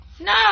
No